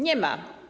Nie ma.